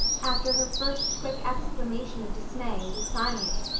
after her first quick exclamation of dismay, was silent.